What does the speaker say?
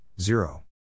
zero